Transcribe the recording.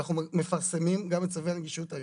אנחנו מפרסמים גם את צווי הנגישות היום.